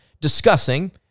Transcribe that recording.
discussing